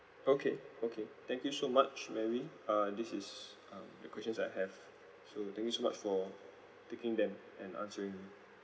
okay okay thank you so much mary uh this is um the questions that I have so thank you so much for taking them and answering me